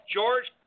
George